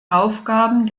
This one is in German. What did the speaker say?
aufgaben